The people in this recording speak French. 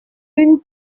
une